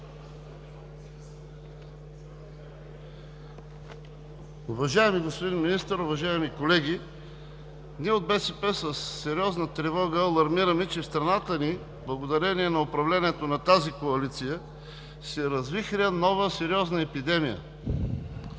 Уважаеми господин Министър, уважаеми колеги! Ние от БСП със сериозна тревога алармираме, че в страната ни, благодарение на управлението на тази коалиция, се развихря нова сериозна епидемия.